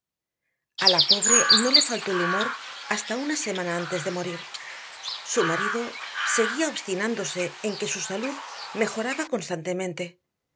la pobre no le faltó el humor hasta una semana antes de morir su marido seguía obstinándose en que su salud mejoraba constantemente